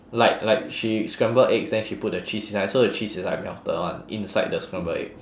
like like she scrambled eggs then she put the cheese inside so the cheese is like melted [one] inside the scrambled eggs